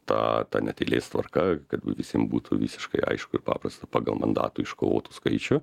ta ta net eilės tvarka kad visiem būtų visiškai aišku ir paprasta pagal mandatų iškovotų skaičių